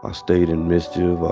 ah stayed in mischief. ah.